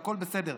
והכול בסדר,